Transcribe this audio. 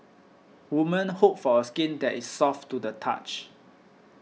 women hope for skin that is soft to the touch